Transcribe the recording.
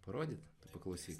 parodyt paklausyk